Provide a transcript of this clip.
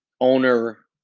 owner